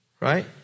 Right